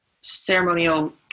ceremonial